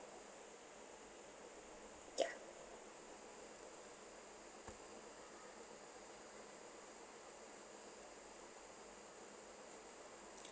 ya